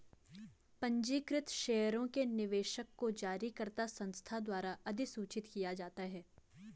पंजीकृत शेयरों के निवेशक को जारीकर्ता संस्था द्वारा अधिसूचित किया जाता है